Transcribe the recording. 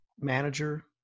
manager